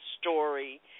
story